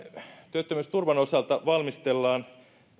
työttömyysturvan osalta valmistellaan